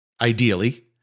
ideally